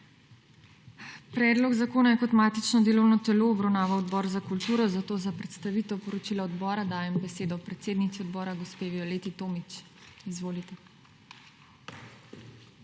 Predlog zakona je kot matično delovno telo obravnaval Odbor za kulturo, zato za predstavitev poročila odbora dajem besedo predsednici odbora gospe Violeti Tomić. Izvolite.